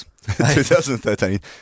2013